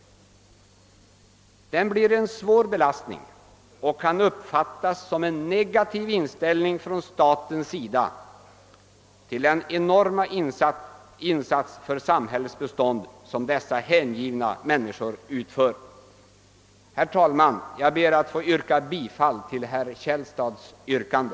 Den blir en svår belastning och kan uppfattas som uttryck för en negativ inställning från statens sida till den enorma insats för samhällets bestånd som dessa hängivna människor utför. Herr talman! Jag ber att få instämma 1 herr Källstads yrkande.